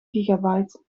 gigabyte